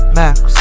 max